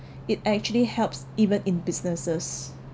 it actually helps even in businesses